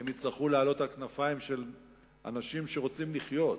הם יצטרכו לעלות על כנפיים של אנשים שרוצים לחיות,